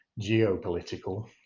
geopolitical